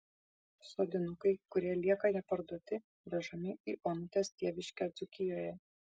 sodinukai kurie lieka neparduoti vežami į onutės tėviškę dzūkijoje